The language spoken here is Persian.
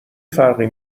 فرقی